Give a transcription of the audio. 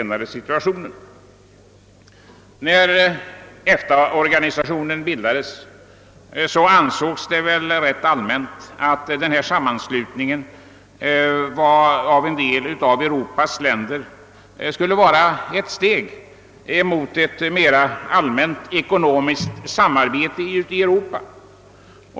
När EFTA-organisationen bildades ansågs det rätt allmänt att denna sammanslutning av en del av Europas länder var ett steg på vägen mot ett mer allmänt ekonomiskt samarbete i Europa.